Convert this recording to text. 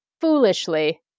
foolishly